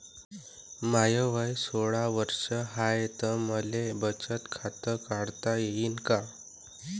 माय वय सोळा वर्ष हाय त मले बचत खात काढता येईन का?